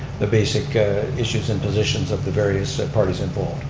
the basic ah issues and positions of the various parties involved.